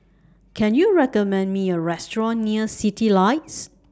Can YOU recommend Me A Restaurant near Citylights